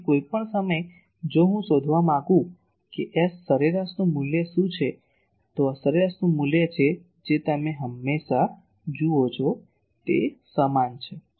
તેથી કોઈપણ સમયે જો હું શોધવા માંગું છું કે S સરેરાશનું મૂલ્ય શું છે તો આ S સરેરાશનું મૂલ્ય છે જે તમે હંમેશા જુઓ છો તે સમાન છે